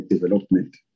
development